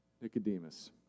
Nicodemus